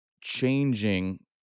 changing